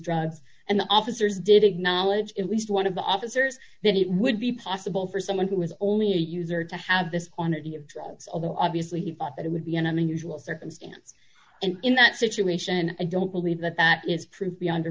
drugs and the officers did acknowledge at least one of the officers that it would be possible for someone who was only a user to have this on any of drugs although obviously he thought that it would be an i mean usual circumstance and in that situation i don't believe that that is proof beyond a